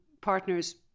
partners